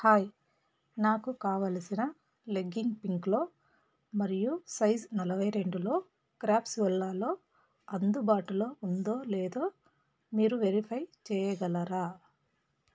hi నాకు కావలసిన leggings పింక్లో మరియు సైజ్ నలభై రెండులో క్రాఫ్ట్స్విల్లాలో అందుబాటులో ఉందో లేదో మీరు వెరిఫై చేయగలరా